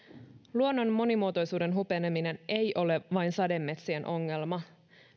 luonnon monimuotoisuuden hupeneminen ei ole vain sademetsien ongelma